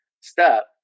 step